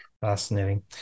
Fascinating